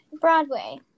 Broadway